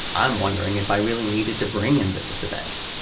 i'm wondering if i really needed to bring him to this event.